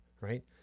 right